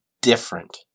different